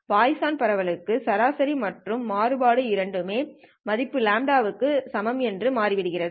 Poisson பரவலுக்கு சராசரி மற்றும் மாறுபாடு இரண்டுமே மதிப்பு λ க்கு சமம் என்று மாறிவிடும்